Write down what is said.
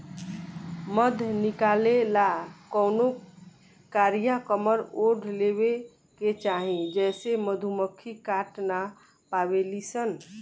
मध निकाले ला कवनो कारिया कमर ओढ़ लेवे के चाही जेसे मधुमक्खी काट ना पावेली सन